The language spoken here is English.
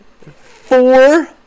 Four